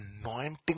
anointing